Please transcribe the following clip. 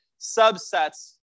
subsets